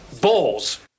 Balls